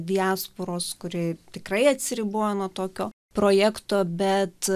diasporos kuri tikrai atsiribojo nuo tokio projekto bet